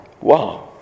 Wow